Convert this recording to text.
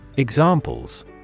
Examples